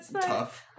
tough